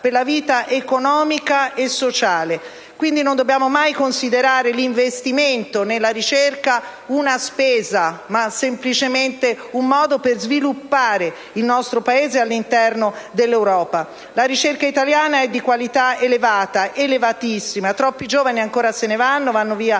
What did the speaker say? per la vita economica e sociale. Non dobbiamo mai considerare l'investimento nella ricerca una spesa, ma semplicemente un modo per sviluppare il nostro Paese all'interno dell'Europa. La ricerca italiana è di qualità elevata, elevatissima; troppi giovani ancora se ne vanno